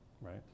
right